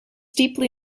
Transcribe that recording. deeply